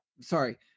Sorry